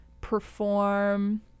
perform